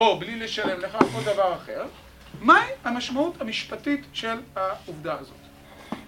או בלי לשלם לך או כל דבר אחר, מהי המשמעות המשפטית של העובדה הזאת?